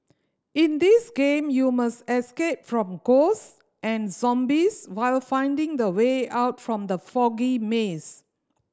in this game you must escape from ghost and zombies while finding the way out from the foggy maze